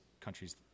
countries